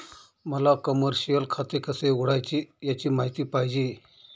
मला कमर्शिअल खाते कसे उघडायचे याची माहिती पाहिजे